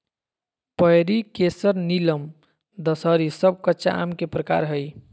पयरी, केसर, नीलम, दशहरी सब कच्चा आम के प्रकार हय